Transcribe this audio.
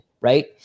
right